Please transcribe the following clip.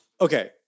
Okay